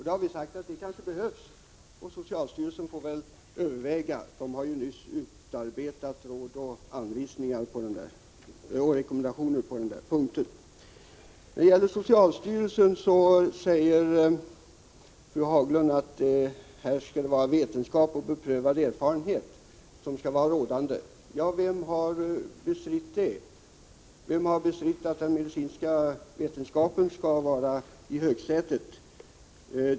Vi har sagt att det kanske behövs; socialstyrelsen, som nyligen utarbetat rekommendationer på det området, får väl överväga det. Fru Haglund säger att vetenskap och beprövad erfarenhet skall vara rådande i socialstyrelsens verksamhet. Ja, vem har bestridit att den medicinska vetenskapen skall sitta i högsätet?